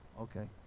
okay